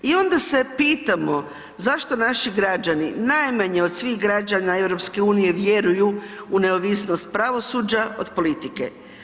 I onda se pitamo zašto naši građani najmanje od svih građana EU-a vjeruju u neovisnost pravosuđa od politike?